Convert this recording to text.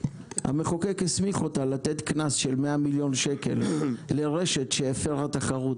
המחוקק הסמיך אותה לתת קנס של 100 מיליון שקלים לרשת שהפרה תחרות,